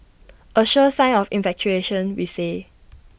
A sure sign of infatuation we say